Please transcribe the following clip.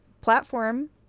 platform